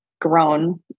grown